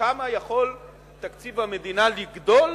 בכמה יכול תקציב המדינה לגדול